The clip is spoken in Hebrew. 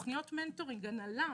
יש תכניות מנטורים בהנהלה.